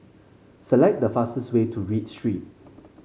select the fastest way to Read Street